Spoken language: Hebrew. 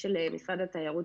של משרד התיירות.